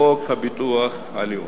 לחוק הביטוח הלאומי.